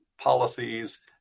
policies